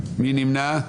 מי נמנע?